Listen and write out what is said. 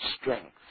strength